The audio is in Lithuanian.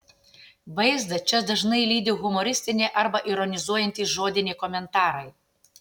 vaizdą čia dažnai lydi humoristiniai arba ironizuojantys žodiniai komentarai